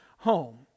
home